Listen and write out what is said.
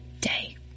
day